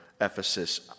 Ephesus